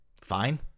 Fine